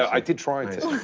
i did try to,